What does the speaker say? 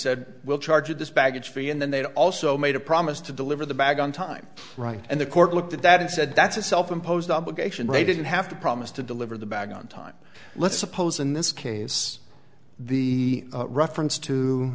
said we'll charge of this baggage fee and then they also made a promise to deliver the bag on time right and the court looked at that and said that's a self imposed obligation they didn't have to promise to deliver the bag on time let's suppose in this case the reference to